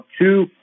two